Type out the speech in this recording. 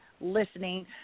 listening